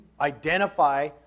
identify